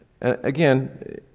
again